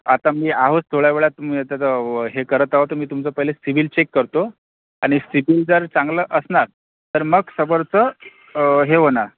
आता मी आहोत थोड्या वेळात मिळतं तर हे करत आहोत तं मी तुमचं पहिले सिबिल चेक करतो आणि सिबिल जर चांगलं असणार तर मग समोरचं हे होणार